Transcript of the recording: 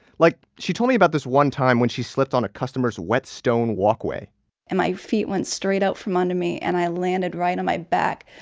like, she told me about this one time when she slipped on a customer's wet stone walkway and my feet went straight out from under me, and i landed right on my back.